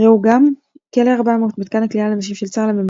" ראו גם כלא 400 - מתקן הכליאה לנשים של צה"ל הממוקם